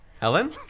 Helen